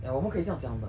ya 我们可以这样讲的